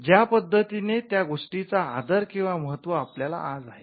ज्या पद्धतीने त्या गोष्टींचा आदर किंवा महत्व आपल्याला आज आहे